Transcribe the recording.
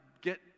get